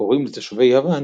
הקוראים לתושבי יוון